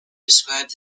described